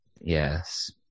Yes